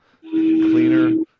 cleaner